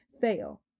fail